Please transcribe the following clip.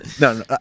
no